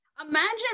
Imagine